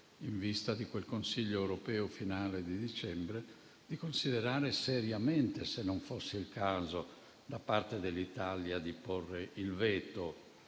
in vista di quel Consiglio europeo finale di dicembre, di considerare seriamente se non fosse il caso, da parte dell'Italia, di porre il veto